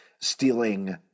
stealing